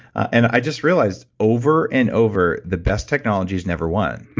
and i just realized over and over the best technologies never won,